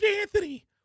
Anthony